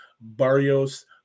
barrios